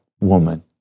woman